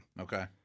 Okay